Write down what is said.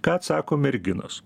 ką atsako merginos